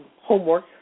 homework